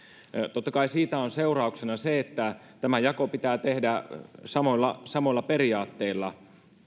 totta kai siitä on seurauksena se että tämä jako pitää tehdä samoilla samoilla periaatteilla